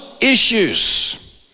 issues